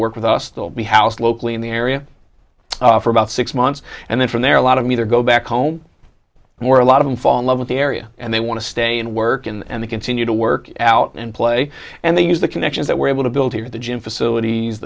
work with us they'll be house locally in the area for about six months and then from there a lot of me there go back home more a lot of them fall in love with the area and they want to stay and work and they continue to work out and play and they use the connections that we're able to build here the gym facilities